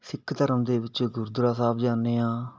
ਸਿੱਖ ਧਰਮ ਦੇ ਵਿੱਚ ਗੁਰਦੁਆਰਾ ਸਾਹਿਬ ਜਾਂਦੇ ਹਾਂ